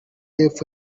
y’epfo